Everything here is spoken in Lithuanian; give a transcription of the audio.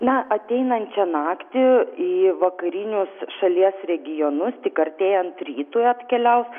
na ateinančią naktį į vakarinius šalies regionus tik artėjant rytui atkeliaus